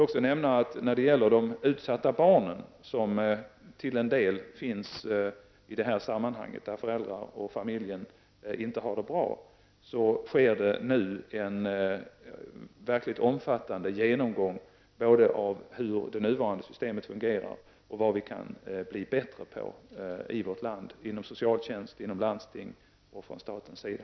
Beträffande de utsatta barn som till en del återfinns där föräldrar och familjer inte har det bra, sker det nu en verkligt omfattande genomgång både av hur det nuvarande systemet fungerar och av vad vi i vårt land kan bli bättre på inom socialtjänst, inom landsting och från statens sida.